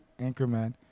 Anchorman